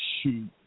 shoot